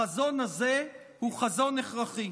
החזון הזה הוא חזון הכרחי.